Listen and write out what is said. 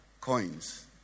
coins